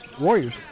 Warriors